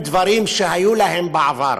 הן דברים שהיו להם בעבר,